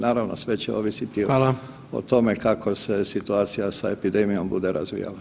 Naravno sve će ovisiti [[Upadica: Hvala.]] o tome kako se situacija sa epidemijom bude razvijala.